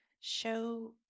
show